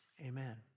amen